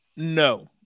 No